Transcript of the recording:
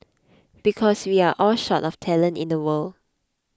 because we are all short of talent in the world